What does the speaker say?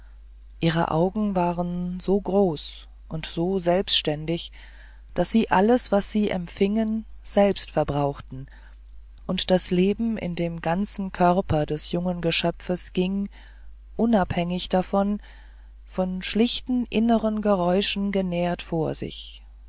ihre augen waren so groß und so selbständig daß sie alles was sie empfingen selbst verbrauchten und das leben in dem ganzen körper des jungen geschöpfes ging unabhängig davon von schlichten inneren geräuschen genährt vor sich